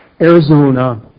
Arizona